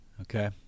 Okay